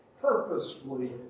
purposefully